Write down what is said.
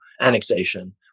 annexation